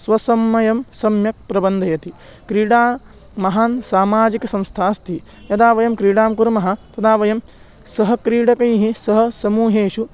स्वसमयं सम्यक् प्रबन्धयति क्रीडा महान् सामाजिकसंस्था अस्ति यदा वयं क्रीडां कुर्मः तदा वयं सः क्रीडकैः सः समूहेषु